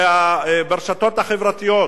וברשתות החברתיות,